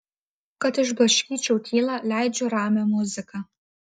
kad išblaškyčiau tylą leidžiu ramią muziką